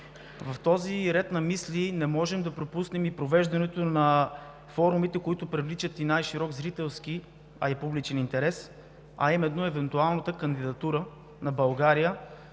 В този ред на мисли не можем да пропуснем и провеждането на форумите, които привличат най-широк зрителски и публичен интерес, а именно евентуалната кандидатура на България,